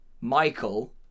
Michael